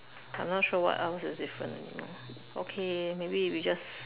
I not sure what else is different anymore okay maybe we just